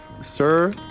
Sir